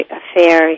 affair